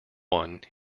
one